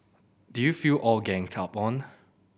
did you feel all ganged up on